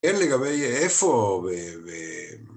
אין לגבי איפה, ו... ו...